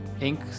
ink